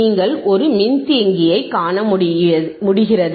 நீங்கள் ஒரு மின்தேக்கியைக் காண முடிகிறது